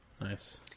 nice